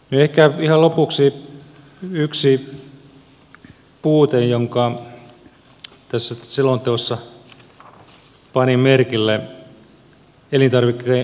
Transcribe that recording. ehkä ihan lopuksi yksi puute jonka tässä selonteossa panin merkille